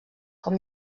com